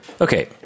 Okay